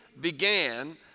began